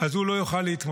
אז הוא לא יוכל להתמודד,